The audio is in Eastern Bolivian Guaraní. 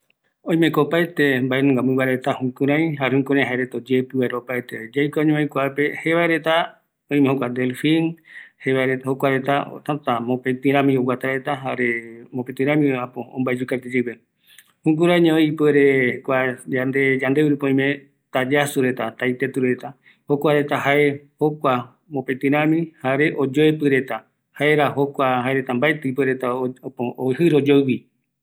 Oime jokua reta, jevae delfin jaeko oajaete yarakuakatu, oyoepɨ vaera reta, jaeramo jaereta mopetɨ rämi oguata reta, jare oñoeni reta